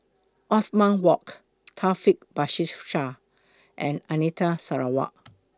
Othman Wok Taufik Batisah and Anita Sarawak